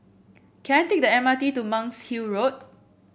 can I take the M R T to Monk's Hill Road